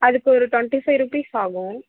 அதுக்கொரு twenty five rupees ஆகும்